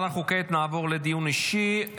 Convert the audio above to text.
אנחנו כעת נעבור לדיון אישי.